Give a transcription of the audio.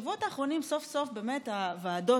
בשבועות האחרונים סוף-סוף באמת הוועדות